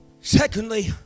Secondly